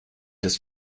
his